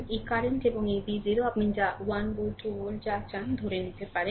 এই কারেন্ট এবং এই v 0 আপনি যা 1 ভোল্ট 2 ভোল্ট চান তা ধরে নিতে পারেন